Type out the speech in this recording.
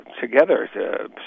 together